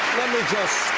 me just